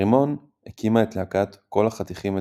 ברימון הקימה את להקתה "כל החתיכים אצלי",